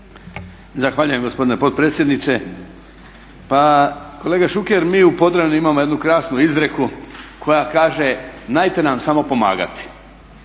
Zahvaljujem gospodine potpredsjedniče. Pa kolega Šuker mi u Podravini imamo jednu krasnu izreku koja kaže: "Najte nam samo pomagati!"